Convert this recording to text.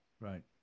Right